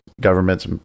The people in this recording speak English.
governments